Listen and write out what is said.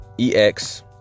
ex